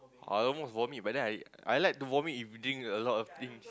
I almost vomit but then I I like to vomit if drink a lot of drinks